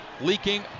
Leaking